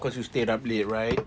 cause you stayed up late right